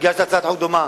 שהגיש הצעת חוק דומה